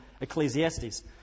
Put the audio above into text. Ecclesiastes